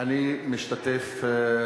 חבר הכנסת בן-ארי.